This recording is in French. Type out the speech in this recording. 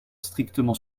strictement